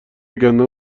گندم